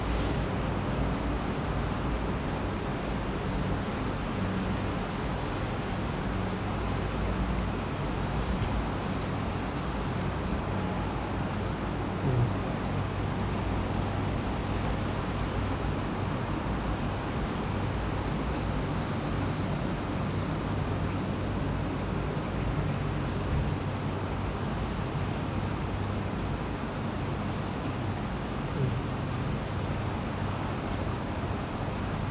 mm